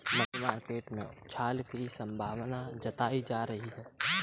money market में उछाल की संभावना जताई जा रही है